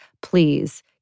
Please